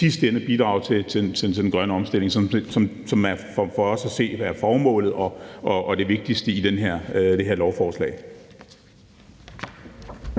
sidste ende at bidrage til den grønne omstilling, som for os at se er formålet og det vigtigste i det her lovforslag.